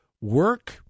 work